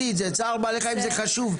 צער בעלי חיים זה חשוב,